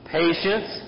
patience